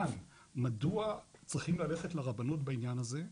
מדוע צריכים ללכת לרבנות בעניין הזה?